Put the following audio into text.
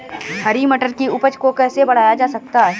हरी मटर की उपज को कैसे बढ़ाया जा सकता है?